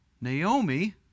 Naomi